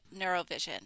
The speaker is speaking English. Neurovision